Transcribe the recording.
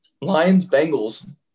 Lions-Bengals